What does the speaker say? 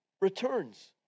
returns